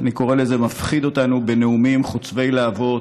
אני קורא לזה: מפחיד אותנו בנאומים חוצבי להבות,